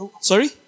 sorry